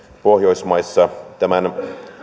pohjoismaissa tämän